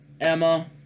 Emma